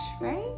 right